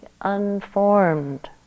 unformed